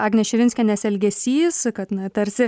agnės širinskienės elgesys kad na tarsi